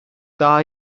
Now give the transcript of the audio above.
daha